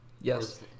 Yes